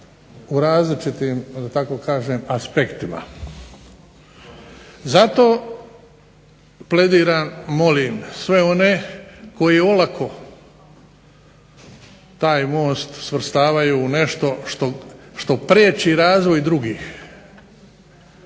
u različitim aspektima. Zato plediram, molim sve one koji olako taj most svrstavaju u nešto što priječi razvoj drugih,